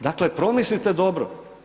Dakle promislite dobro.